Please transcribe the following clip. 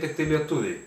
tiktai lietuviai